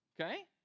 Okay